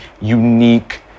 unique